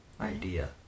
idea